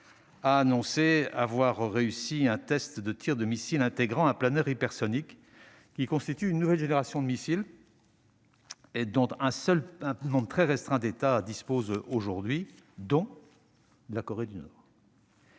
a annoncé avoir réussi un test de tir de missile intégrant un planeur hypersonique, qui constitue une nouvelle génération de missile dont seul un nombre très restreint d'États disposent aujourd'hui. Le 19 octobre, la Corée du Nord